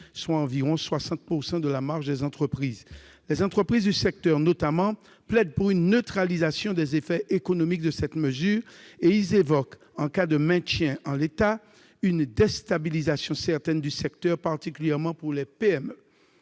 soit environ 60 % de la marge des entreprises. Les entreprises du secteur, notamment, plaident pour une neutralisation des effets économiques de cette mesure, et elles évoquent, en cas de maintien en l'état, une déstabilisation certaine du secteur, particulièrement pour les PME.